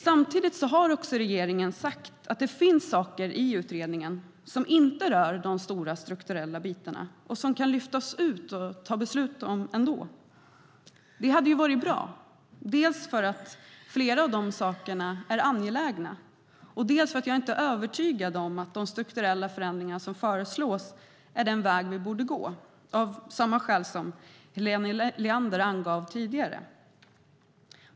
Samtidigt har regeringen också sagt att det finns saker i utredningen som inte rör de stora strukturella bitarna och som kan lyftas ut och fattas beslut om. Det hade varit bra eftersom flera av de sakerna är angelägna, och jag är inte övertygad om att de strukturella förändringar som föreslås är den väg vi borde gå, av samma skäl som Helena Leander angav tidigare.